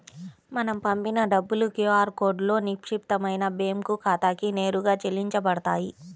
మనం పంపిన డబ్బులు క్యూ ఆర్ కోడ్లో నిక్షిప్తమైన బ్యేంకు ఖాతాకి నేరుగా చెల్లించబడతాయి